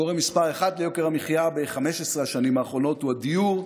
הגורם מס' אחת ליוקר המחיה ב-15 השנים האחרונות הוא הדיור.